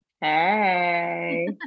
Hey